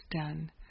done